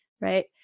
right